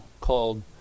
called